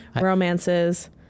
romances